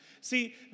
See